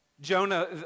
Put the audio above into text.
Jonah